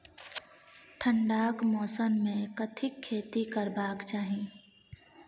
ठंडाक मौसम मे कथिक खेती करबाक चाही?